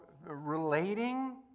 relating